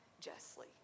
justly